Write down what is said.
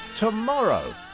Tomorrow